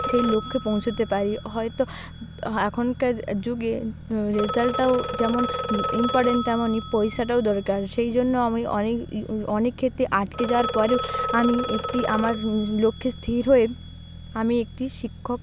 সেই লক্ষ্যে পৌঁছোতে পারি হয়তো এখনকার যুগে রেজাল্টটাও যেমন ইম্পর্টেন্ট তেমনই পয়সাটাও দরকার সেই জন্য আমি অনেক অনেকক্ষেত্রে আটকে যাওয়ার পরেও আমি একটি আমার লক্ষ্যে স্থির হয়ে আমি একটি শিক্ষক